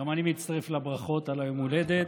גם אני מצטרף לברכות ליום ההולדת.